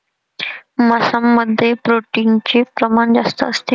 मांसामध्ये प्रोटीनचे प्रमाण जास्त असते